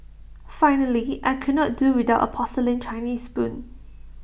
finally I could not do without A porcelain Chinese spoon